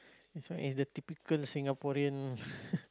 this one is the typical Singaporean